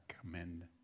commend